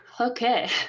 Okay